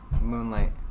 Moonlight